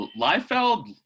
Liefeld